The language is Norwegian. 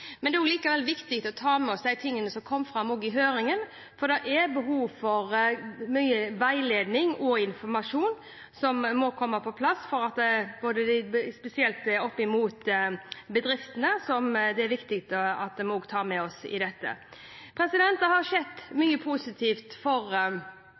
men det er likevel viktig at vi tar med oss det som kom fram i høringen. Det er behov for at mye veiledning og informasjon kommer på plass, spesielt opp mot bedriftene, som det også er viktig at vi tar med oss i dette arbeidet. Det har skjedd